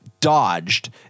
dodged